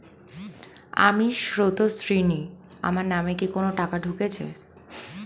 আমি স্রোতস্বিনী, আমার নামে কি কোনো টাকা ঢুকেছে?